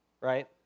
right